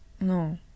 No